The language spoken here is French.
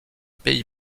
pays